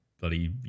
bloody